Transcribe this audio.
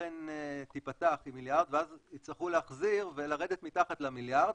שהקרן תיפתח עם מיליארד ואז יצטרכו להחזיר ולרדת מתחת למיליארד.